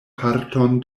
parton